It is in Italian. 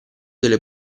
delle